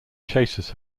chases